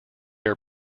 are